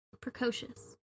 precocious